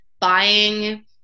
buying